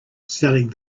selling